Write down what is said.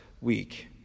week